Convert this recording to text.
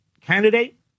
candidate